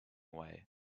way